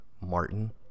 Martin